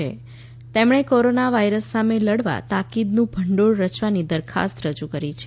તેમણે corona virus સામે લડવા તાકીદનું ભંડોળ રયવાની દરખાસ્ત રજુ કરી છે